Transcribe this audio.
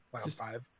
Five